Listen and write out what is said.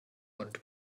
und